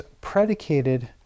predicated